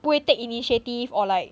不会 take initiative or like